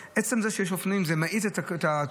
אבל עצם זה שיש --- זה מאט את התנועה.